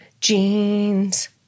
jeans